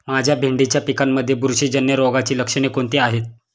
माझ्या भेंडीच्या पिकामध्ये बुरशीजन्य रोगाची लक्षणे कोणती आहेत?